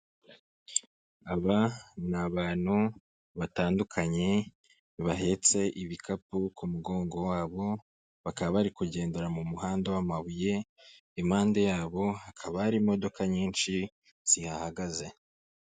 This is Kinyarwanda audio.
Aba ni abantu batandukanye bahetse ibikapu ku mugongo wabo, bakaba bari kugendera mu muhanda w'amabuye impande yabo hakaba hari imodoka nyinshi zihahagaze.